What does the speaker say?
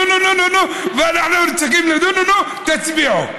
נו-נו-נו-נו-נו-נו-נו-נו-נו-נו-נו-נו-נו, תצביעו.